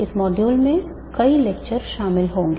इस मॉड्यूल में कई लेक्चर शामिल होंगे